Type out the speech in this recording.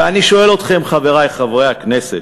ואני שואל אתכם, חברי חברי הכנסת,